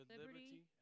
liberty